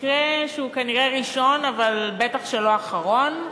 זה מקרה שהוא כנראה ראשון אבל בטח לא אחרון.